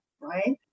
right